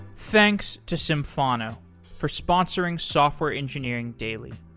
thanks to symphono for sponsoring software engineering daily.